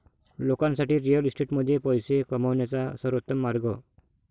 लोकांसाठी रिअल इस्टेटमध्ये पैसे कमवण्याचा सर्वोत्तम मार्ग